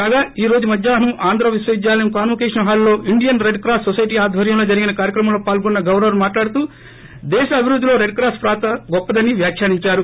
కాగా ఈ రోజు మధ్యాప్నం ఆంధ్ర విశ్వవిద్యాలయం కాన్వోకేషన్ హాల్లో ఇండియన్ రెడ్ క్రాస్ నొసైటీ ఆధ్వర్యంలో జరిగిన కార్యక్రమంలో పాల్గొన్న గవర్పర్ మాట్లాడుతూ దేశ అభివృద్గిలో రెడ్ క్రాస్ పాత్ర గొప్పదని వ్యాఖ్యానించారు